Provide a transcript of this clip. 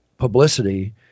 publicity